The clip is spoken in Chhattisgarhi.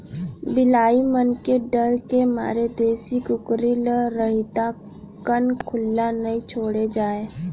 बिलाई मन के डर के मारे देसी कुकरी ल रतिहा कन खुल्ला नइ छोड़े जाए